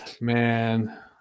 Man